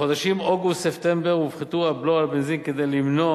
בחודשים אוגוסט-ספטמבר הופחת הבלו על בנזין כדי למנוע